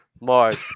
Mars